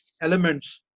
elements